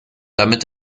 damit